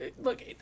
look